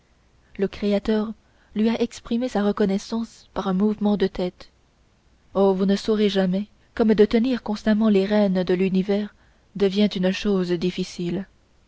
le créateur lui a exprimé sa reconnaissance par un mouvement de tête oh vous ne saurez jamais comme de tenir constamment les rênes de l'univers devient une chose difficile